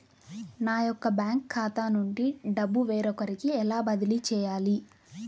నా యొక్క బ్యాంకు ఖాతా నుండి డబ్బు వేరొకరికి ఎలా బదిలీ చేయాలి?